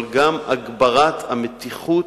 אבל גם למנוע את הגברת המתיחות